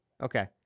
okay